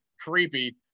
creepy